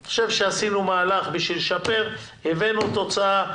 אני חושב שעשינו מהלך, בשביל לשפר, הבאנו תוצאה.